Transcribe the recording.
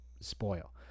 spoil